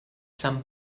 some